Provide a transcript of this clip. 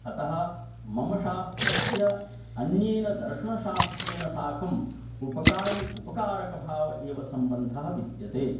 अतः मम शास्त्रस्य अन्येन दर्शनशास्त्रेण साकम् उपकारि उपकारकभावः एव सम्बन्धः विद्यते